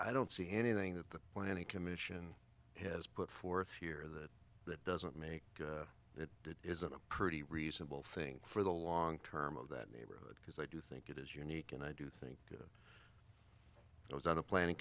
i don't see anything that the planning commission has put forth here that that doesn't mean that it isn't a pretty reasonable thing for the long term of that neighborhood because i do think it is unique and i do think it was on the plan